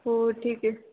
हो ठीक आहे